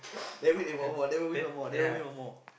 never win then one more never win one more never win one more